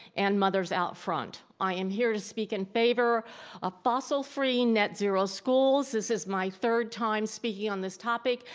and mothers out front. i am here to speak in favor of fossil free net zero schools. this is my third time speaking on this topic,